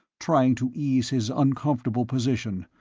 trying to ease his uncomfortable position,